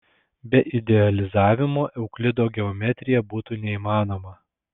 be idealizavimo euklido geometrija būtų neįmanoma